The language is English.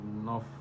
enough